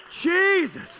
Jesus